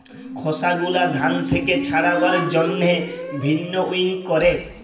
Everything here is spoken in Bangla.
খসা গুলা ধান থেক্যে ছাড়াবার জন্হে ভিন্নউইং ক্যরে